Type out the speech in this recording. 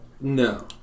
No